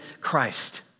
Christ